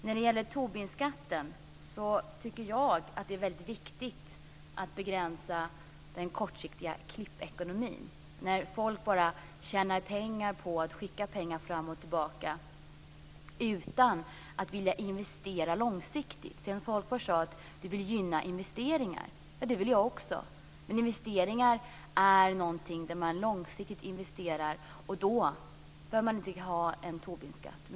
När det gäller Tobinskatten tycker jag att det är viktigt att begränsa den kortsiktiga klippekonomin när folk tjänar pengar på att skicka pengar fram och tillbaka utan att vilja investera långsiktigt. Sten Tolgfors sade att han vill gynna investeringar. Det vill jag också. Men investeringar är något som innebär att man långsiktigt investerar, och då behöver man inte ha en Tobinskatt.